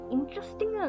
Interesting